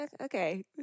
Okay